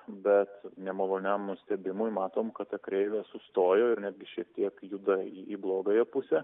bet nemaloniam nustebimui matom kad kreivė sustojo ir netgi šiek tiek juda į blogąją pusę